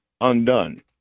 undone